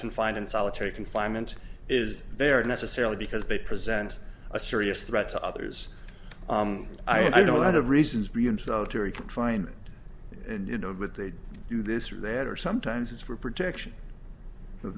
confined in solitary confinement is there necessarily because they present a serious threat to others i know a lot of reasons beyond that terry confinement and you know what they do this or that or sometimes it's for protection